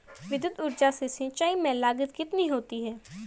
विद्युत ऊर्जा से सिंचाई में लागत कितनी होती है?